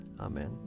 Amen